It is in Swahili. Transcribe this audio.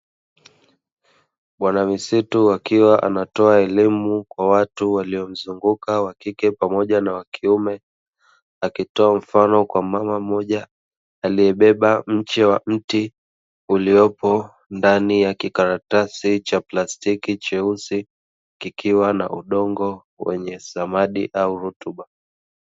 Bwana misitu akiwa anatoa elimu kwa watu waliomzunguka wakike pamoja na wakiume, akitoa mfano kwa mama mmoja aliyebeba mche wa mti uliopo ndani ya kikaratasi cha plastiki cheusi kikiwa na udongo wenye samadi au rutuba.